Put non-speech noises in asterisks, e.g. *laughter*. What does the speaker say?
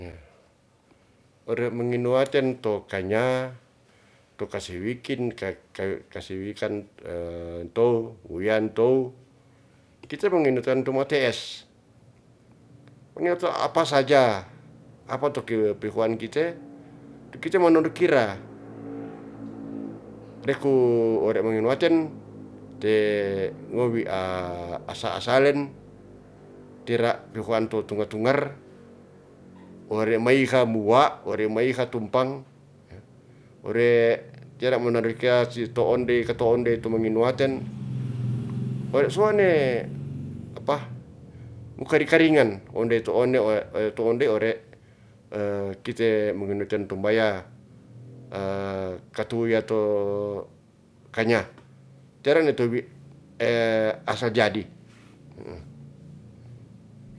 Ore manginuaten to kanya to kase wikin *hesitation* kase wikan *hesitation* to wi yan tow kite menginu tan tuma te'es menge to apa saja, apa to kiwe pihoan kite, i kite manor kira nde ku ore menginuaten te ngo wi *hesitation* asa-asalen tera pihoan to tunga tungar ore maihaimu wa maihatum pang ore tera monadoi kea si to ondey kato ondey tu maminuaten ore suane apa, mukari karingan one to ondey, to ondey ore *hesitation* kite menginuaten tombaya *hesitation* katu ya to kanya tera ne to wi *hesitation* asa jadi